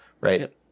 right